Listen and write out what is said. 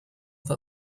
that